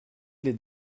l’est